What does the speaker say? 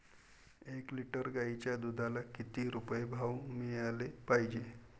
एक लिटर गाईच्या दुधाला किती रुपये भाव मिळायले पाहिजे?